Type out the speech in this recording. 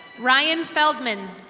ryan feldman.